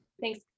thanks